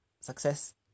success